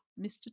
Mr